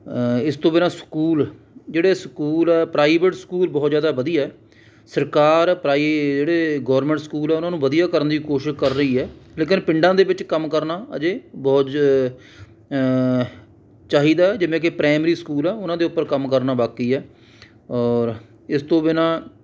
ਇਸ ਤੋਂ ਬਿਨਾਂ ਸਕੂਲ ਜਿਹੜੇ ਸਕੂਲ ਆ ਪ੍ਰਾਈਵੇਟ ਸਕੂਲ ਬਹੁਤ ਜ਼ਿਆਦਾ ਵਧੀਆ ਹੈ ਸਰਕਾਰ ਪ੍ਰਾਈ ਜਿਹੜੇ ਗੌਰਮਿੰਟ ਸਕੂਲ ਆ ਉਹਨਾਂ ਨੂੰ ਵਧੀਆ ਕਰਨ ਦੀ ਕੋਸ਼ਿਸ਼ ਕਰ ਰਹੀ ਹੈ ਲੇਕਿਨ ਪਿੰਡਾਂ ਦੇ ਵਿਚ ਕੰਮ ਕਰਨਾ ਅਜੇ ਬਹੁਤ ਜ ਚਾਹੀਦਾ ਜਿਵੇਂ ਕਿ ਪ੍ਰਾਇਮਰੀ ਸਕੂਲ ਆ ਉਹਨਾਂ ਦੇ ਉੱਪਰ ਕੰਮ ਕਰਨਾ ਬਾਕੀ ਹੈ ਔਰ ਇਸ ਤੋਂ ਬਿਨਾਂ